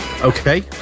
Okay